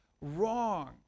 wrong